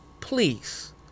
please